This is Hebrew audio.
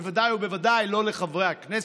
בוודאי ובוודאי לא לחברי הכנסת,